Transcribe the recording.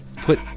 put